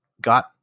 got